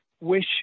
Wish